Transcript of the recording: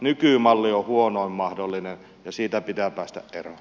nykymalli on huonoin mahdollinen ja siitä pitää päästä eroon